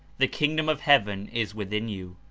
the kingdom of heaven is within you.